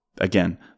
Again